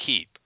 keep